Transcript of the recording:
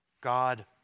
God